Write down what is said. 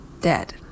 dead